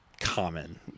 common